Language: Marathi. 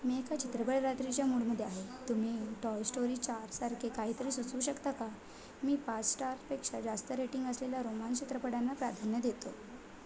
मी एका चित्रपट रात्रीच्या मूडमध्ये आहे तुम्ही टॉय स्टोरी चारसारखे काहीतरी सुचवू शकता का मी पाच स्टारपेक्षा जास्त रेटिंग असलेल्या रोमांस चित्रपटांना प्राधान्य देतो